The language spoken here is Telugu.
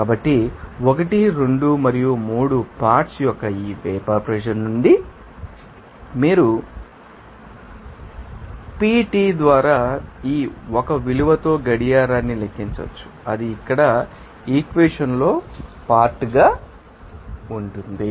కాబట్టి 1 2 మరియు 3 పార్ట్శ్ యొక్క ఈ వేపర్ ప్రెషర్ నుండి మీరు PT ద్వారా ఈ 1 విలువతో గడియారాన్ని లెక్కించవచ్చు అది ఇక్కడ ఈ ఈక్వెషన్ లో పార్ట్ గా ఉంటుంది